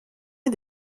est